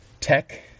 tech